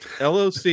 LOC